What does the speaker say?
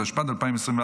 התשפ"ד 2024,